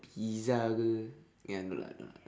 pizza ke ya no lah no lah